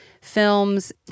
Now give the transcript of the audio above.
films